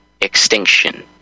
extinction